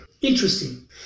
interesting